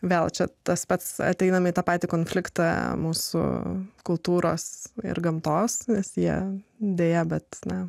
vėl čia tas pats ateiname į tą patį konfliktą mūsų kultūros ir gamtos nes jie deja bet ne